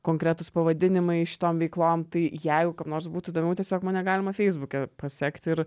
konkretūs pavadinimai šitom veiklom tai jeigu kam nors būtų įdomiau tiesiog mane galima feisbuke pasekti ir